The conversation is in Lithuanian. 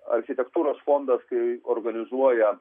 architektūros fondas kai organizuoja